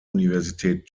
universität